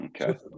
Okay